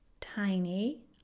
Tiny